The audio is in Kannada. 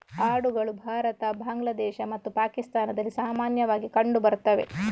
ಆಡುಗಳು ಭಾರತ, ಬಾಂಗ್ಲಾದೇಶ ಮತ್ತು ಪಾಕಿಸ್ತಾನದಲ್ಲಿ ಸಾಮಾನ್ಯವಾಗಿ ಕಂಡು ಬರ್ತವೆ